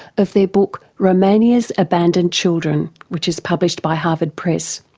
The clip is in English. of their book romania's abandoned children which is published by harvard press.